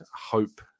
Hope